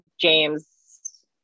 James